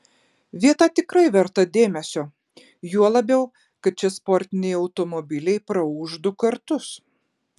vieta tikrai verta dėmesio juo labiau kad čia sportiniai automobiliai praūš du kartus